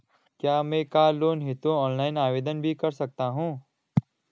क्या मैं car loan हेतु ऑनलाइन आवेदन भी कर सकता हूँ?